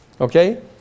Okay